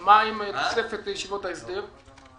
מה עם תוספת לישיבות ההסדר?